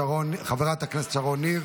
חברת הכנסת שרון ניר,